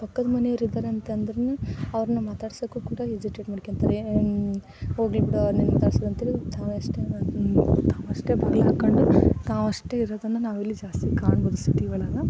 ಪಕ್ಕದ ಮನೆಯವರಿದ್ದಾರೆ ಅಂತಂದರೂ ಅವ್ರನ್ನ ಮಾತಾಡ್ಸೋಕೆ ಕೂಡ ಎಜಿಟೇಟ್ ಮಾಡ್ಕೊಳ್ತಾವೆ ಹೋಗಲಿ ಬಿಡು ಅವ್ರನ್ನೇನು ಮಾತಾಡ್ಸೋದು ಅಂಥೇಳಿ ತಾವಷ್ಟೆ ತಾವಷ್ಟೆ ಬಾಗ್ಲು ಹಾಕ್ಕೊಂಡು ತಾವಷ್ಟೆ ಇರೋದನ್ನು ನಾವಿಲ್ಲಿ ಜಾಸ್ತಿ ಕಾಣಬಹುದು ಸಿಟಿ ಒಳಗೆ